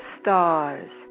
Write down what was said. stars